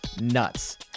nuts